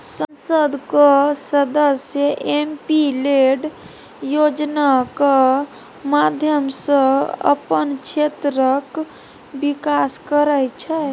संसदक सदस्य MP LAD योजनाक माध्यमसँ अपन क्षेत्रक बिकास करय छै